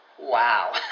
Wow